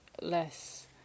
less